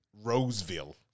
Roseville